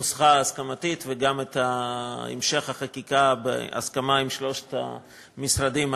נוסחת ההסכמה וגם את המשך החקיקה בהסכמה עם שלושת המשרדים האלה,